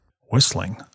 Whistling